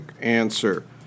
answer